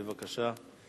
בבקשה.